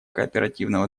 кооперативного